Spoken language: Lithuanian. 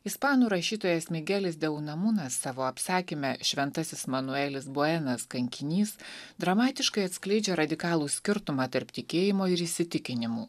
ispanų rašytojas migelis deunamunas savo apsakyme šventasis manuelis buenas kankinys dramatiškai atskleidžia radikalų skirtumą tarp tikėjimo ir įsitikinimų